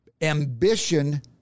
Ambition